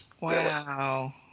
Wow